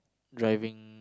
driving